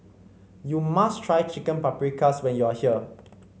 you must try Chicken Paprikas when you are here